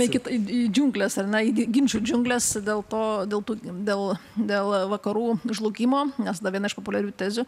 eikit į džiungles ar ne į ginčų džiungles dėl to dėl to dėl dėl vakarų žlugimo nes viena iš populiarių tezių